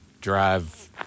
drive